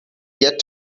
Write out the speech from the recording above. get